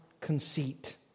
conceit